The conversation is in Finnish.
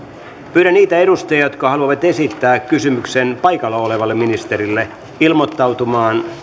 pyydän niitä edustajia jotka haluavat esittää kysymyksen paikalla olevalle ministerille ilmoittautumaan